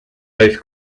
both